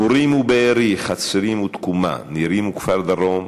אורים ובארי, חצרים ותקומה, נירים וכפר-דרום,